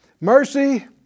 Mercy